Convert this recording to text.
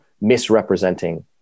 misrepresenting